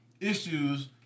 issues